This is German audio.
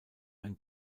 ein